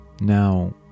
Now